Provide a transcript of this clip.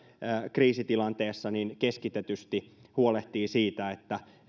kriisitilanteessa keskitetysti huolehtii siitä että